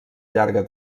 llarga